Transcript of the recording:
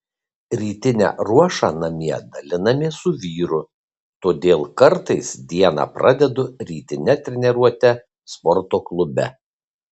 rytinę ruošą namie dalinamės su vyru todėl kartais dieną pradedu rytine treniruote sporto klube